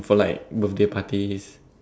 for like birthday parties